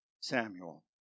Samuel